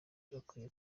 bakwiye